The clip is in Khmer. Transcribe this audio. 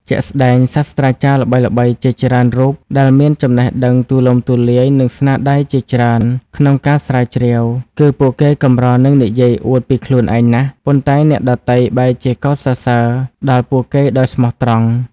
ជាក់ស្ដែងសាស្ត្រាចារ្យល្បីៗជាច្រើនរូបដែលមានចំណេះដឹងទូលំទូលាយ និងស្នាដៃជាច្រើនក្នុងការស្រាវជ្រាវ គឺពួកគេកម្រនឹងនិយាយអួតពីខ្លួនឯងណាស់ ប៉ុន្តែអ្នកដទៃបែរជាកោតសរសើរដល់ពួកគេដោយស្មោះត្រង់។